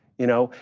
you know?